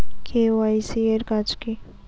KYC এর কাজ কি?